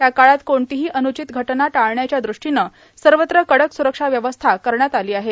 या काळात कोणतीही अन्रुचित घटना टाळण्याच्या दृष्टीनं सर्वत्र कडक सुरक्षा व्यवस्था करण्यात आली आहे